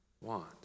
want